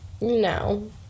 No